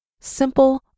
Simple